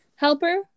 Helper